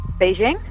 Beijing